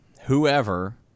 whoever